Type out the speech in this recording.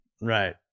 Right